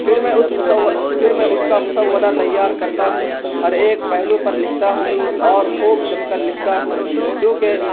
پھر میں اس پھر میں اس کا مسودہ تیار کرتا ہوں ہر ایک پہلو پر لکھتا ہوں اور خوب جم کر لکھتا ہوں کیونکہ